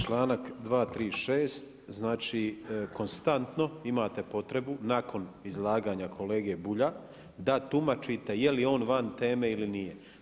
Članak 236. znači konstantno imate potrebu nakon izlaganja kolege Bulja da tumačite je li on van teme ili nije.